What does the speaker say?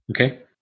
Okay